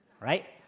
right